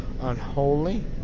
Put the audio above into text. unholy